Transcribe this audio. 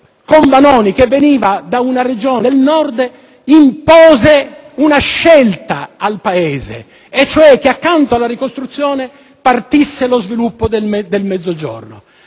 siciliano, ma veniva da una regione del Nord - impose una scelta al Paese, cioè che accanto alla ricostruzione partisse lo sviluppo del Mezzogiorno.